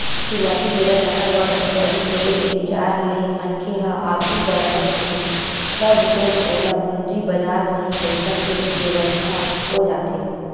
सुरुवाती बेरा जादा बड़ कंपनी खोले के बिचार ले मनखे ह आघू बड़हत हे तब तो ओला पूंजी बजार म ही पइसा के बेवस्था हो जाथे